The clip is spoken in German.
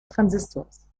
transistors